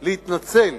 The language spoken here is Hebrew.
זה להתנצל.